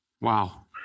Wow